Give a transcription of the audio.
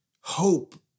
hope